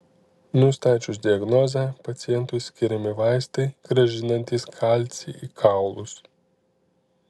nustačius diagnozę pacientui skiriami vaistai grąžinantys kalcį į kaulus